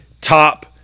top